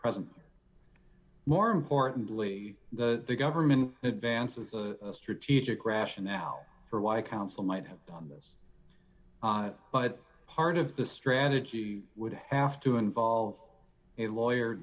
present more importantly that the government advances the strategic rationale for why counsel might have done this but part of the strategy would have to involve a lawyer